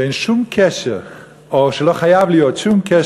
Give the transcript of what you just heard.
שאין שום קשר או שלא חייב להיות שום קשר